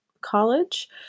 College